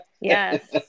Yes